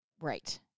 right